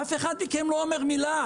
אף אחד מכם לא אומר מילה,